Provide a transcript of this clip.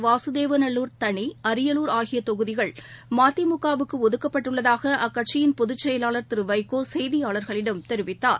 வாசுதேவநல்லூர் தனி அரியலூர் பொதுச் ஆகியதொகுதிகள் மதிமுகவுக்குஒதுக்கப்பட்டுள்ளதாகஅக்கட்சியின் செயலாளர் திருவைகோசெய்தியாளர்களிடம் தெரிவித்தார்